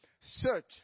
Search